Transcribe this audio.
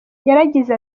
yaragize